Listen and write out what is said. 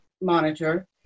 Monitor